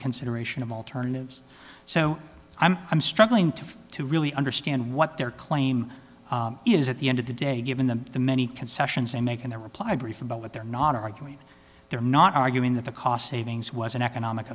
consideration of alternatives so i'm struggling to to really understand what their claim is at the end of the day given the the many concessions they make in their reply brief about what they're not arguing they're not arguing that the cost savings was an economic